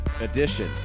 edition